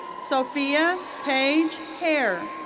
sofia paige hare.